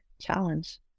challenge